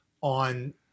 on